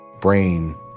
brain